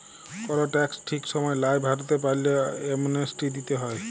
call tax ঠিক সময় লায় ভরতে পারল্যে, অ্যামনেস্টি দিতে হ্যয়